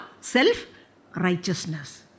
self-righteousness